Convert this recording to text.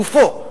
גופו,